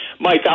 Mike